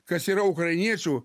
kas yra ukrainiečių